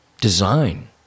design